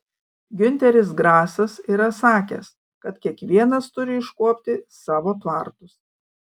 giunteris grasas yra sakęs kad kiekvienas turi iškuopti savo tvartus